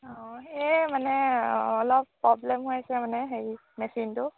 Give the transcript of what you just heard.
অঁ সেই মানে অলপ প্ৰব্লেম হৈছে মানে হেৰি মেচিনটো